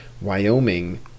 Wyoming